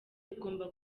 ugomba